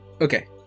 okay